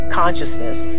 consciousness